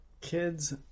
Kids